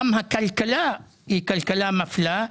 גם הכלכלה היא כלכלה מפלה.